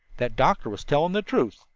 that doctor was telling the truth.